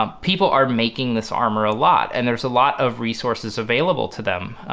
um people are making this armor a lot and there's a lot of resources available to them